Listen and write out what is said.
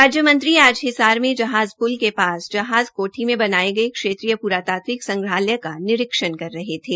राज्य मंत्री आज हिसार में जहाज पुल के पास जहाज कोठी में बनाए गए क्षेत्रीय पुरातात्विक संग्रहालय का निरीक्षण कर रहे थे